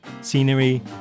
Scenery